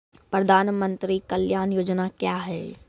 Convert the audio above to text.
प्रधानमंत्री कल्याण योजना क्या हैं?